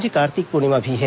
आज कार्तिक पूर्णिमा भी है